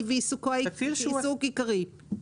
עיסוק עיקרי.